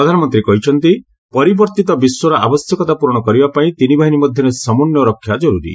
ପ୍ରଧାନମନ୍ତ୍ରୀ କହିଛନ୍ତି ପରିବର୍ତ୍ତିତ ବିଶ୍ୱର ଆବଶ୍ୟକତା ପୂରଣ କରିବା ପାଇଁ ତିନିବାହିନୀ ମଧ୍ୟର ସମନ୍ୱୟ ରକ୍ଷା ଜରୁରୀ